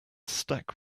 stack